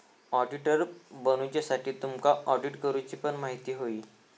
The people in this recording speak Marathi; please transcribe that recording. ऑडिटर बनुच्यासाठी तुमका ऑडिट करूची पण म्हायती होई